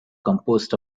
composed